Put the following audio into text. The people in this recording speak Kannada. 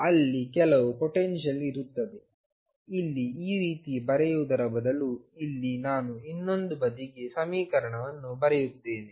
ಆದ್ದರಿಂದ ಅಲ್ಲಿ ಕೆಲವು ಪೊಟೆನ್ಶಿಯಲ್ ಇರುತ್ತದೆ ಹಾಗೂ ಇಲ್ಲಿ ಈ ರೀತಿ ಬರೆಯುವುದರ ಬದಲು ಇಲ್ಲಿ ನಾನು ಇನ್ನೊಂದು ಬದಿಗೆ ಸಮೀಕರಣವನ್ನು ಬರೆಯುತ್ತೇನೆ